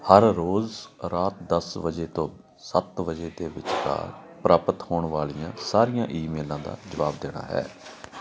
ਹਰ ਰੋਜ਼ ਰਾਤ ਦਸ ਵਜੇ ਤੋਂ ਸੱਤ ਵਜੇ ਦੇ ਵਿਚਕਾਰ ਪ੍ਰਾਪਤ ਹੋਣ ਵਾਲੀਆਂ ਸਾਰੀਆਂ ਈਮੇਲਾਂ ਦਾ ਜਵਾਬ ਦੇਣਾ ਹੈ